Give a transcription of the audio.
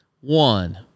one